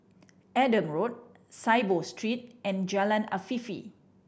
Adam Road Saiboo Street and Jalan Afifi